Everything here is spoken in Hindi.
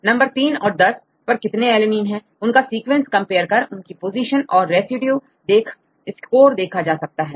नंबर 3 और नंबर 10 पर कितने alanine है उनका सीक्वेंस कंपेयर कर उनकी पोजीशन और residue देख स्कोर देखा जा सकता है